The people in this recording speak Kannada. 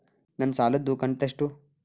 ನನ್ನ ಸಾಲದು ಕಂತ್ಯಷ್ಟು?